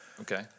Okay